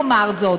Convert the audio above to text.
תאמר זאת,